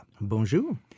Bonjour